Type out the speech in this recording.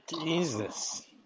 Jesus